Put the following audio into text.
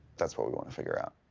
that's what we want to figure out.